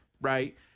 Right